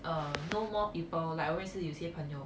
uh no more people like always 是有些朋友